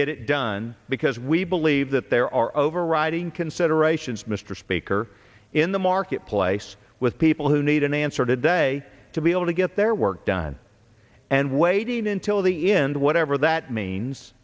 it done because we believe that there are overriding considerations mr speaker in the marketplace with people who need an answer today to be able to get their work done and waiting until the end whatever that means